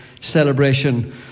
celebration